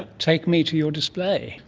take me to your display.